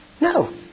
No